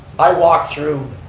i walked through,